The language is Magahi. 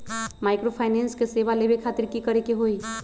माइक्रोफाइनेंस के सेवा लेबे खातीर की करे के होई?